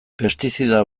pestizida